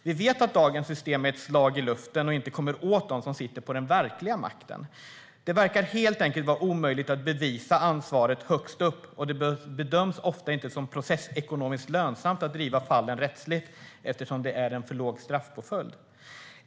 Vi vet att dagens system är ett slag i luften och inte kommer åt dem som sitter på den verkliga makten. Det verkar helt enkelt vara omöjligt att bevisa ansvaret högst upp, och det bedöms ofta inte som processekonomiskt lönsamt att driva fallen rättsligt, eftersom det är en för låg straffpåföljd.